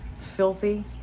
filthy